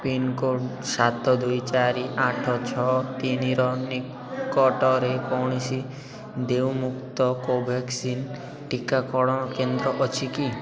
pincode ସାତ ଦୁଇ ଚାରି ଆଠ ଛଅ ତିନିର ନିକଟରେ କୌଣସି ଦେୟମୁକ୍ତ କୋଭାକ୍ସିନ୍ ଟିକାକରଣ କେନ୍ଦ୍ର ଅଛି କି